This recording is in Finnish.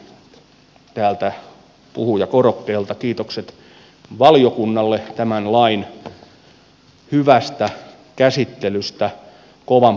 lopuksi täältä puhujakorokkeelta kiitokset valiokunnalle tämän lain hyvästä käsittelystä kovan paineen alla